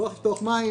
לפתוח מים